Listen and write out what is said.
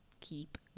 keep